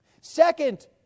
Second